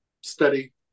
Study